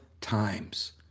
times